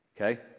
okay